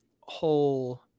whole